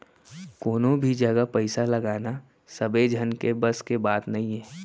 कोनो भी जघा पइसा लगाना सबे झन के बस के बात नइये